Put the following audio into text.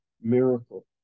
miracle